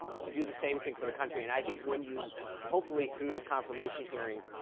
to do the same thing for the country. and i think when you hopefully through his confirmation hearings,